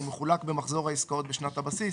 מחולק במחזור העסקאות בשנת הבסיס,"